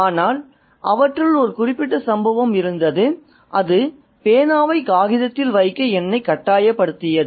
ஆனால் அவற்றுள் ஒரு குறிப்பிட்ட சம்பவம் இருந்தது அது பேனாவை காகிதத்தில் வைக்க என்னை கட்டாயப்படுத்தியது